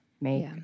make